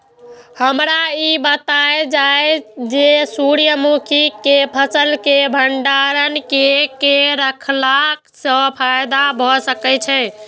हमरा ई बतायल जाए जे सूर्य मुखी केय फसल केय भंडारण केय के रखला सं फायदा भ सकेय छल?